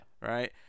right